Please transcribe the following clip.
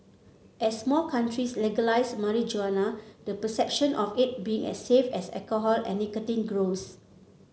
as more countries legalise marijuana the perception of it being as safe as alcohol and nicotine grows